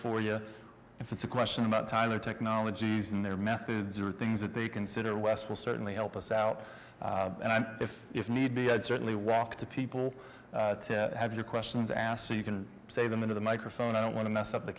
for you if it's a question about time or technologies and their methods or things that they consider west will certainly help us out and if if need be i'd certainly walk to people to have your questions asked so you can save them into the microphone i don't want to mess up the